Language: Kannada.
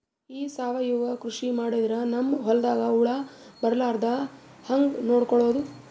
ಈ ಸಾವಯವ ಕೃಷಿ ಮಾಡದ್ರ ನಮ್ ಹೊಲ್ದಾಗ ಹುಳ ಬರಲಾರದ ಹಂಗ್ ನೋಡಿಕೊಳ್ಳುವುದ?